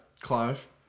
Clive